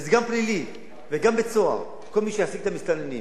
וזה גם פלילי וגם בית-סוהר לכל מי שיעסיק את המסתננים.